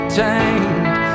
tamed